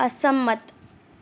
અસંમત